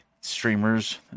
streamers